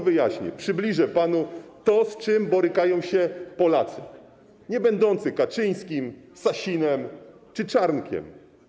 Wyjaśnię, przybliżę panu to, z czym borykają się Polacy niebędący Kaczyńskim, Sasinem czy Czarnkiem.